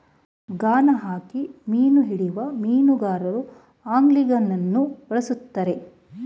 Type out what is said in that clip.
ಗಾಣ ಹಾಕಿ ಮೀನು ಹಿಡಿಯುವ ಮೀನುಗಾರರು ಆಂಗ್ಲಿಂಗನ್ನು ಬಳ್ಸತ್ತರೆ